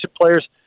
players